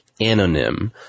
Anonym